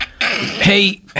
Hey